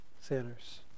Sinners